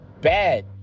bad